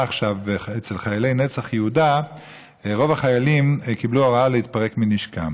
עכשיו אצל חיילי נצח יהודה רוב החיילים קיבלו הוראה להתפרק מנשקם.